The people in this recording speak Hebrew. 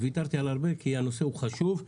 ויתרתי על הרבה כי הנושא הזה חשוב.